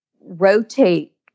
rotate